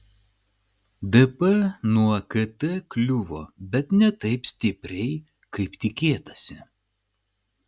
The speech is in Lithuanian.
dp nuo kt kliuvo bet ne taip stipriai kaip tikėtasi